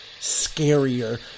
scarier